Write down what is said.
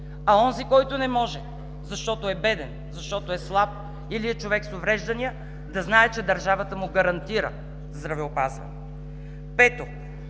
а онзи, който не може, защото е беден, защото е слаб или е човек с увреждания, да знае, че държавата му гарантира здравеопазване. Пето,